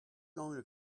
going